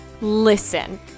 listen